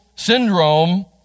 syndrome